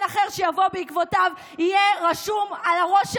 אחר שיבוא בעקבותיו יהיה רשום על הראש שלכם,